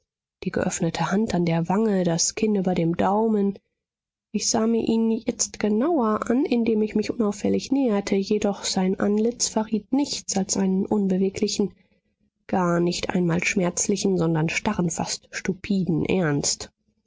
die geöffnete hand an der wange das kinn über dem daumen ich sah mir ihn jetzt genauer an indem ich mich unauffällig näherte jedoch sein antlitz verriet nichts als einen unbeweglichen gar nicht einmal schmerzlichen sondern starren fast stupiden ernst